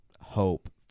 hope